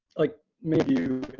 like maybe you